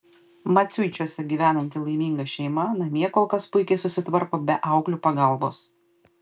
maciuičiuose gyvenanti laiminga šeima namie kol kas puikiai susitvarko be auklių pagalbos